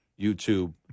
YouTube